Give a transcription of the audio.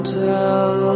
tell